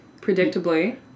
predictably